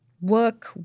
work